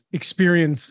experience